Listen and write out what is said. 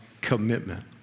commitment